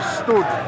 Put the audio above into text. stood